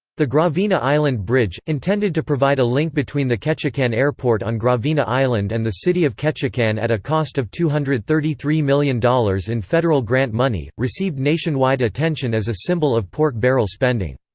the gravina island bridge, intended to provide a link between the ketchikan airport on gravina island and the city of ketchikan at a cost of two hundred and thirty three million dollars in federal grant money, received nationwide attention as a symbol of pork-barrel spending.